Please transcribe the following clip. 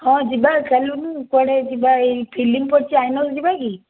ହଁ ଯିବା ଚାଲୁନୁ କେଉଁଆଡ଼େ ଯିବା ଏଇ ଫିଲ୍ମ ପଡ଼ିଛି ଆଇନକ୍ସ ଯିବା କି